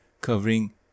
covering